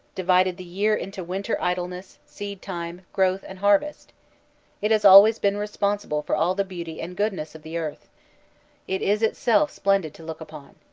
divided the year into winter idleness, seed-time, growth, and harvest it has always been responsible for all the beauty and goodness of the earth it is itself splendid to look upon.